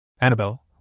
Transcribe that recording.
Annabelle